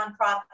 nonprofit